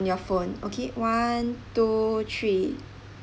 in your phone okay one two three